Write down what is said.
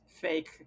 fake